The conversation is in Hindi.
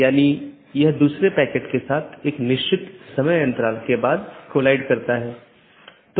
तो यह एक तरह से पिंगिंग है और एक नियमित अंतराल पर की जाती है